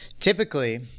Typically